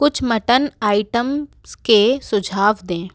कुछ mutton items के सुझाव दें